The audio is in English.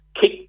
kick